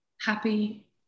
happy